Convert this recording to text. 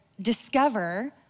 discover